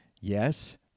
Yes